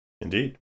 Indeed